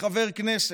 כחבר כנסת,